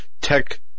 tech